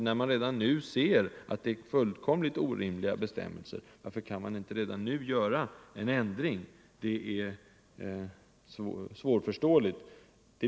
När alla ser att det är orimliga bestämmelser, varför kan man inte göra en ändring redan nu? Det är svårt att förstå.